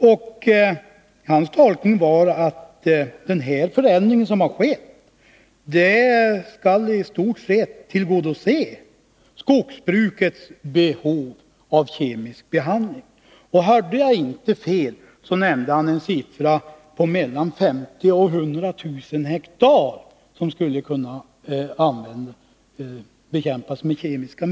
Arne Anderssons tolkning var att den förändring som skett i stort sett skall tillgodose skogsbrukets behov av kemisk behandling. Hörde jag inte fel nämnde han en siffra på mellan 50 000 och 100 000 ha för det område där kemiska medel skulle kunna användas för bekämpning.